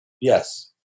Yes